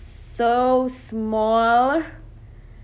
so small